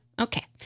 Okay